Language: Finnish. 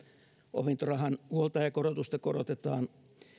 opintorahan huoltajakorotusta korotetaan